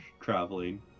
traveling